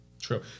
True